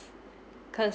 cause